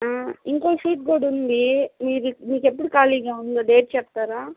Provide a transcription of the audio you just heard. ఇంకో షూట్ కూడా ఉంది మీరు మీకెప్పుడు ఖాళీగా ఉందో డేట్ చెప్తారా